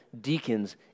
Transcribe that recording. deacons